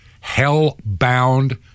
hell-bound